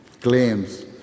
claims